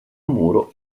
muro